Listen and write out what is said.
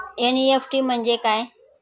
NEFT म्हणजे काय?